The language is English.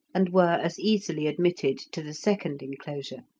and were as easily admitted to the second enclosure.